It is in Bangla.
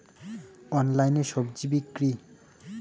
অনলাইনে স্বজি বিক্রি?